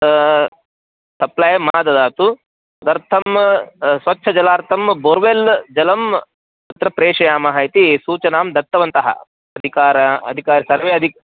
supply मा ददातु तदर्थं स्वच्छजलार्थं बोर्वेल् जलं तत्र प्रेषयामः इति सूचनां दत्तवन्तः अधिकारी अधिकारी सर्वे अदि